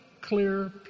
clear